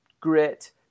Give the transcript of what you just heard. grit